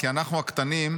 כי אנחנו הקטנים,